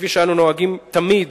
כפי שאנו נוהגים תמיד,